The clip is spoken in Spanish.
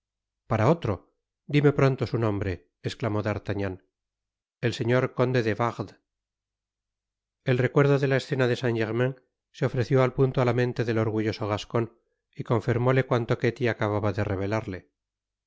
para otro dime pronto su nombre esclamó d'artagnan el señor conde de wardes el recuerdo de la escena de saint-germain se ofreció al punto á la mente del orgulloso gascon y confirmóle cuanto ketty acababa de revelarle ay